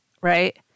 right